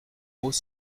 mots